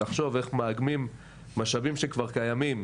לחשוב איך מאגמים משאבים שכבר קיימים